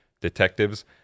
detectives